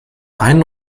einen